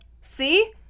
see